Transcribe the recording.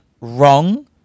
wrong